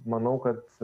manau kad